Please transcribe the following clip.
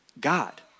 God